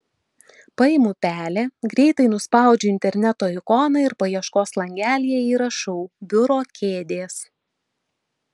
paimu pelę greitai nuspaudžiu interneto ikoną ir paieškos langelyje įrašau biuro kėdės